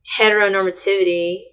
heteronormativity